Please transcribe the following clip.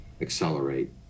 accelerate